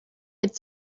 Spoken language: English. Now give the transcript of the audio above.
had